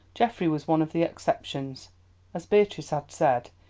geoffrey was one of the exceptions as beatrice had said,